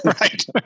Right